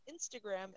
Instagram